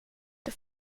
the